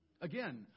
Again